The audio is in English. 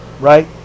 right